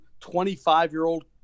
25-year-old